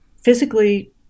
physically